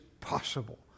possible